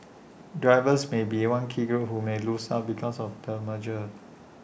drivers may be one key group who may lose out because of the merger